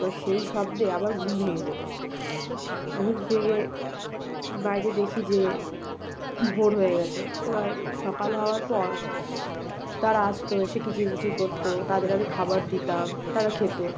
এবার সেই শব্দে আবার ঘুম ভেঙে যেতো ঘুম ভেঙে বাইরে দেখি যে ভোর হয়ে গেছে এবার সকাল হওয়ার পর তারা আসতো এসে কিচির মিচির করতো তাদের আমি খাবার দিতাম তারা খেত